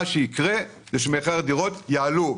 מחירי הדירות יעלו.